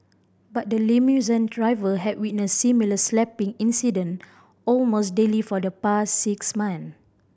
but the limousine driver had witness similar slapping incident almost daily for the past six months